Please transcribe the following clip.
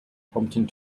prompting